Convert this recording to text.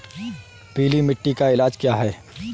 पीली मिट्टी का इलाज क्या है?